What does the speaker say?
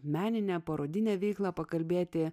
meninę parodinę veiklą pakalbėti